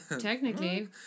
technically